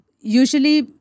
Usually